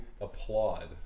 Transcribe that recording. applaud